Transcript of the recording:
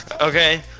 okay